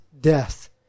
death